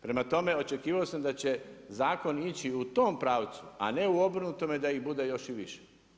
Prema tome, očekivao sam da će zakon ići u tom pravcu a ne u obrnutome da ih bude još i više.